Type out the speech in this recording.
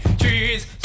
trees